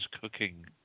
cooking